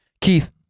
keith